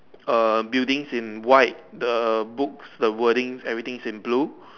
err building in white the books the wordings everything is in blue